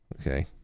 Okay